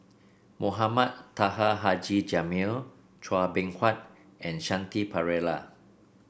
Mohamed Taha Haji Jamil Chua Beng Huat and Shanti Pereira